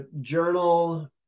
journal